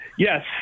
Yes